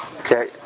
okay